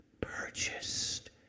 purchased